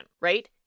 right